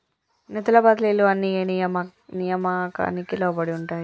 నిధుల బదిలీలు అన్ని ఏ నియామకానికి లోబడి ఉంటాయి?